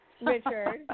Richard